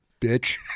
bitch